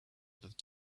that